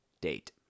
date